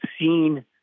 seen